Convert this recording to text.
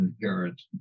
inherent